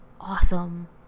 awesome